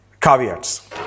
caveats